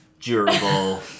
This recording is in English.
durable